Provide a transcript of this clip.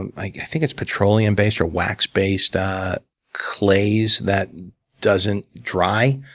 and i think it's petroleum-based or wax-based clays that doesn't dry.